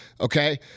Okay